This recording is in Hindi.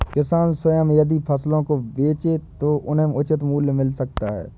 किसान स्वयं यदि फसलों को बेचे तो उन्हें उचित मूल्य मिल सकता है